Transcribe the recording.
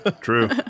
True